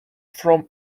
from